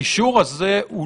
האישור הזה הוא